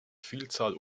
vielzahl